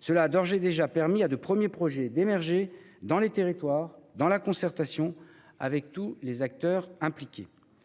Cela a d'ores et déjà permis à de premiers projets d'émerger, dans les territoires, en concertation avec l'ensemble des acteurs impliqués.